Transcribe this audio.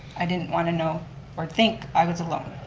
i didn't want to know or think i was alone.